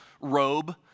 robe